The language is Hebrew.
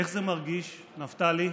איך זה מרגיש, נפתלי?